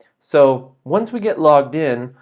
so, once we get logged in,